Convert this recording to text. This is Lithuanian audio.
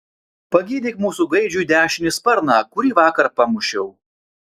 pagydyk mūsų gaidžiui dešinį sparną kurį vakar pamušiau